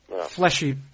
fleshy